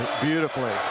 beautifully